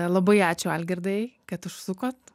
labai ačiū algirdai kad užsukot